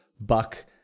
Buck